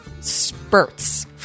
spurts